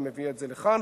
ומביא את זה לכאן,